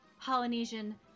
Polynesian